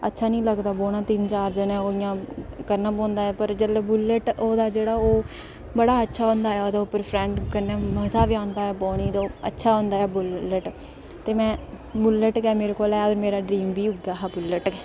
अच्छा निं लगदा बौह्ना तिन्न चार जनें ओह् इं'या करना पौंदा ऐ पर जेल्लै बुलेट हों दा जेह्ड़ा ओह् बड़ा अच्छा होंदा ऐ ओह्दे पर फ्रेंड कन्नै मज़ा बी आंदा ऐ बौह्ने दा अच्छा बी होंदा ऐ बुलेट ते में बुलेट गै मेरे कोल ऐ ते मेरा ड्रीम बी उ'ग्गै गै बुलेट लैना